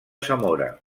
zamora